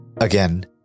Again